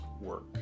work